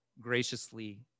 graciously